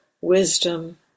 wisdom